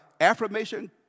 affirmation